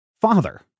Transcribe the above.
father